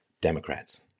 Democrats